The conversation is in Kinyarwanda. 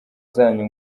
zanyu